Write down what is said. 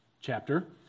chapter